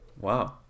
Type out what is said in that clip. Wow